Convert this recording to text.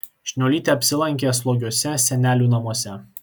šniuolytė apsilankė slogiuose senelių namuose